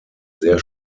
sehr